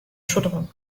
chaudron